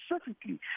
specifically